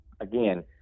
again